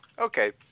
okay